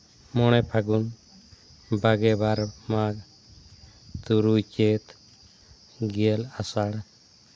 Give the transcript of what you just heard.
ᱢᱚᱬᱮ ᱯᱷᱟᱹᱜᱩᱱ ᱵᱟᱨᱜᱮ ᱵᱟᱨ ᱢᱟᱜᱽ ᱛᱩᱨᱩᱭ ᱪᱟᱹᱛ ᱜᱮᱞ ᱟᱥᱟᱲ